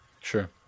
sure